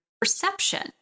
perception